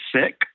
sick